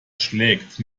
schlägt